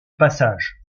passage